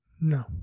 No